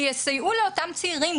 שיסייעו לאותם צעירים,